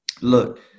look